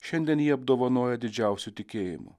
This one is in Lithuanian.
šiandien jį apdovanojo didžiausiu tikėjimu